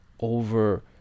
over